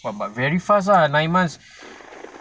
but but very fast ah nine months